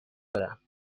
دارم